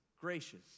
gracious